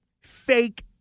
fake